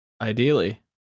Ideally